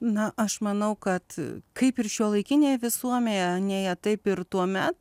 na aš manau kad kaip ir šiuolaikinėje visuomenėje taip ir tuomet